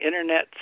Internet